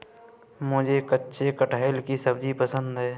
मुझे कच्चे कटहल की सब्जी पसंद है